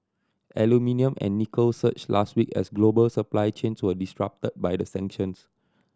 aluminium and nickel surged last week as global supply chains were disrupted by the sanctions